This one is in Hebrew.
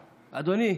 אדוני,